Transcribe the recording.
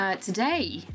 today